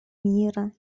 мира